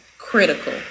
critical